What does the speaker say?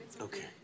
Okay